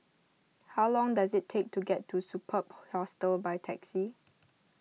how long does it take to get to Superb Hostel by taxi